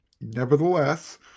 Nevertheless